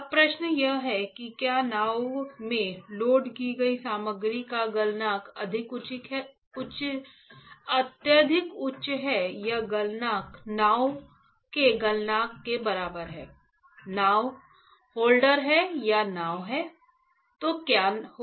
अब प्रश्न यह है कि क्या नाव में लोड की गई सामग्री का गलनांक अत्यधिक उच्च है या गलनांक नाव के गलनांक के बराबर है नाव होल्डर है यह नाव है तो क्या होगा